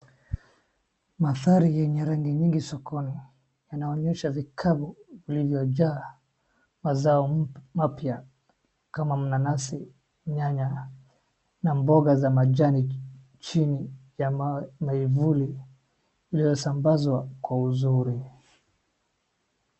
Mandhari yenye rangi nyingi sokoni. Inaonyesha vikapu vilivyojaa mazao mapya kama mnasi, nyanya na mboga za majani chini ya maivuli iliyosambazwa kwa uzuri.